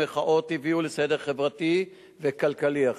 כשמחאות הביאו לסדר חברתי וכלכלי אחר?